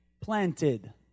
planted